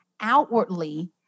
outwardly